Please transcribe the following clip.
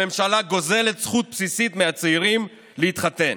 הממשלה גוזלת זכות בסיסית מהצעירים להתחתן.